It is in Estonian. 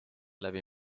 läbi